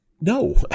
no